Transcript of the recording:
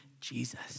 Jesus